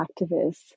activists